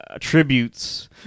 tributes